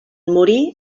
morir